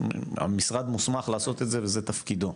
המשרד מוסמך לעשות את זה וזה תפקידו,